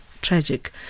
tragic